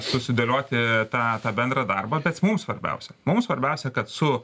susidėlioti tą tą bendrą darbą kas mum svarbiausia mum svarbiausia kad su